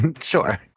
Sure